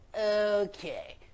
okay